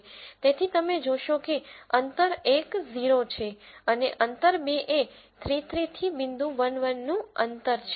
તેથી તમે જોશો કે અંતર એક 0 છે અને અંતર બે એ 3 3 થી બિંદુ 1 1 નું અંતર છે